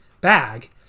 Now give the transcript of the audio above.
bag